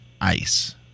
ice